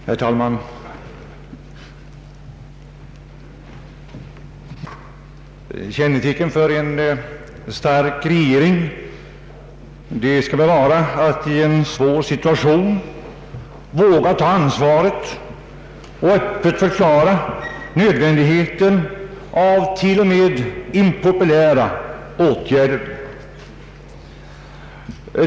Herr talman! Kännetecknet för en stark regering är väl att den i en svår situation vågar ta ansvar för och öppet förklara nödvändigheten av impopulära åtgärder.